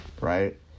right